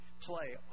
play